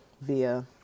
via